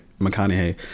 McConaughey